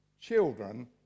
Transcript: children